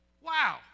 Wow